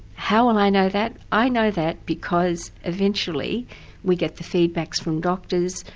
how will i know that? i know that because eventually we get the feedbacks from doctors,